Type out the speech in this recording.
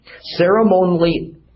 ceremonially